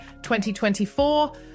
2024